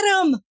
Adam